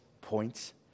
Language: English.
points